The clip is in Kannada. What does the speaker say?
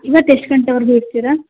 ಇವತ್ತು ಎಷ್ಟು ಗಂಟೆವರೆಗೂ ಇರ್ತೀರ